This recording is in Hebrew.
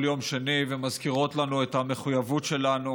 יום שני ומזכירות לנו את המחויבות שלנו,